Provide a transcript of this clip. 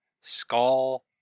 Skull